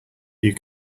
you